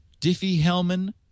Diffie-Hellman